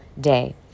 day